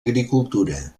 agricultura